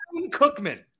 Cookman